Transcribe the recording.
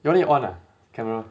you all need on ah camera